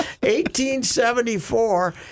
1874